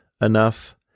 enough